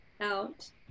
out